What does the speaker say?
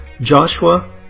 Joshua